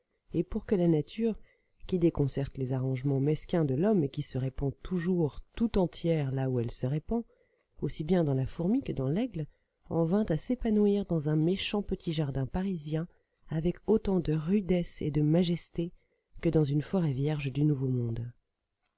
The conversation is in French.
et pour que la nature qui déconcerte les arrangements mesquins de l'homme et qui se répand toujours tout entière là où elle se répand aussi bien dans la fourmi que dans l'aigle en vînt à s'épanouir dans un méchant petit jardin parisien avec autant de rudesse et de majesté que dans une forêt vierge du nouveau monde